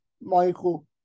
Michael